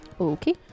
Okay